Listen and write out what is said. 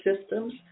systems